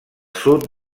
sud